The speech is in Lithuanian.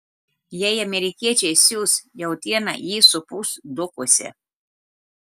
jei amerikiečiai siųs jautieną ji supus dokuose